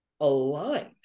aligned